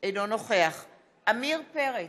אינו נוכח עמיר פרץ,